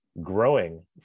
growing